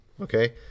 okay